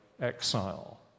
exile